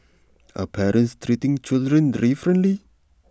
are parents treating children differently